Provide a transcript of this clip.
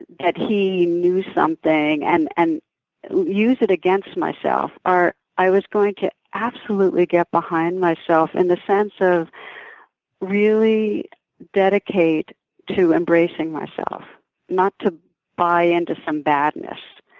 that he knew something and and use it against myself or i was going to absolutely get behind myself in the sense of really dedicate to embracing myself not to buy into some badness.